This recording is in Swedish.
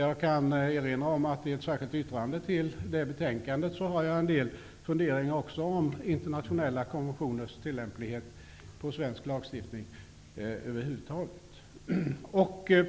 Jag kan erinra om att jag i ett särskilt yttrande till utredningens betänkande har en del funderingar kring internationella konventioners tillämplighet på svensk lagstiftning över huvud taget.